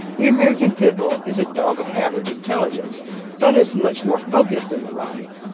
the american pit bull is a dog of average intelligence but is much more focused than the rottie,